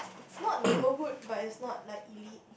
it's it's not neighbourhood but it's not like elite